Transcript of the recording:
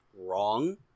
wrong